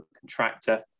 contractor